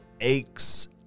aches